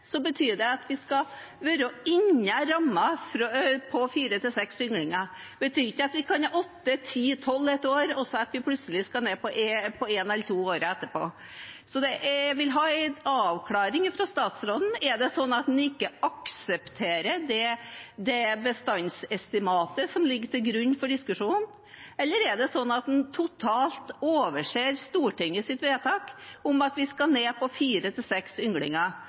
så plutselig skal ned på én eller to året etterpå. Jeg vil ha en avklaring fra statsråden: Er det sånn at han ikke aksepterer det bestandsestimatet som ligger til grunn for diskusjonen, eller er det sånn at han totalt overser Stortingets vedtak om at vi skal ned på fire–seks ynglinger av ulv i Norge? Representanten Ole André Myhrvold har hatt ordet to ganger tidligere og får ordet til